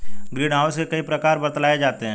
green house के कई प्रकार बतलाए जाते हैं